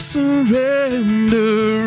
Surrender